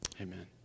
Amen